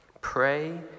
Pray